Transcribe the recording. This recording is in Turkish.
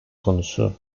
konusu